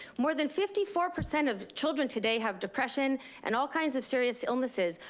more than fifty four percent of children today have depression and all kinds of serious illnesses.